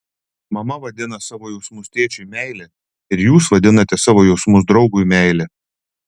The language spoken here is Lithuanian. mama vadina savo jausmus tėčiui meile ir jūs vadinate savo jausmus draugui meile